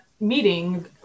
meeting